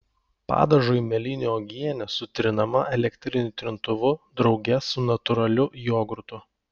padažui mėlynių uogienė sutrinama elektriniu trintuvu drauge su natūraliu jogurtu